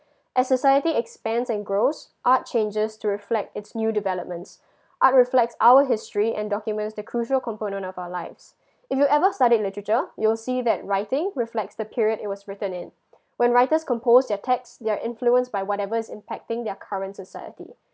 as society expands and grows art changes to reflect it's new developments art reflects our history and documents the crucial component of our lives if you ever studied literature you will see that writing reflects the period it was written in when writers compose their text they are influenced by whatever is impacting their current society